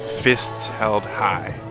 fists held high